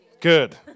Good